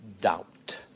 doubt